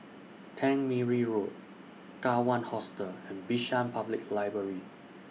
Tangmere Road Kawan Hostel and Bishan Public Library